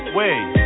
wait